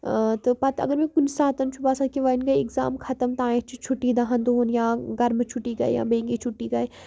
تہٕ پَتہٕ اگر مےٚ کُنہِ ساتَن چھُ باسان کہِ وۄنۍ گٔیے اِکزام ختم تانٮ۪تھ چھِ چھُٹی دَہَن دۄہَن یا گَرمہٕ چھُٹی گٔیے یا بیٚیہِ کینٛہہ چھُٹی گٔیے